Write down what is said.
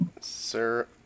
Sir